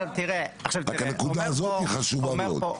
רק הנקודה הזאת היא חשובה מאוד.